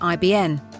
IBN